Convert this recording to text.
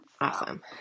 Awesome